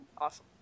Awesome